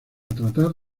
tratar